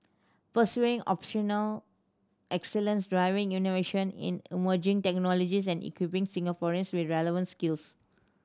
pursuing operational excellence driving innovation in emerging technologies and equipping Singaporeans with relevant skills